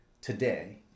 today